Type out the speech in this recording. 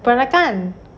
peranakan